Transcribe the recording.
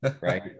right